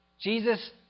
Jesus